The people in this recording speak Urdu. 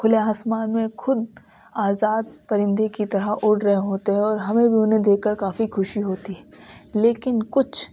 کھلے آسمان میں خود آزاد پرندے کی طرح اڑ رہے ہوتے ہیں اور ہمیں انہیں دیکھ کر کافی خوشی ہوتی ہے لیکن کچھ